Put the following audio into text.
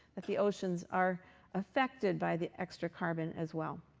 that the oceans are affected by the extra carbon as well.